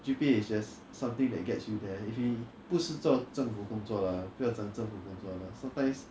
G_P_A is just something that gets you there if 你不是做政府工作 lah 不要讲政府工作啦 sometimes